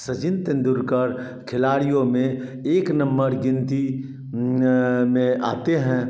सचिन तेंदुलकर खिलाड़ियों में एक नंबर गिनती में आते हैं